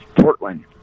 portland